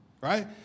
right